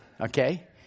Okay